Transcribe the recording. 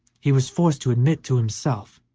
he was forced to admit to himself,